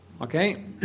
Okay